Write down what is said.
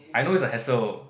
I know it's a hassle